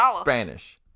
Spanish